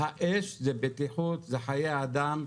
האש היא בטיחות, זה חיי אדם.